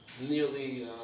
nearly